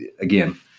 again